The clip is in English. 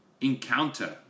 encounter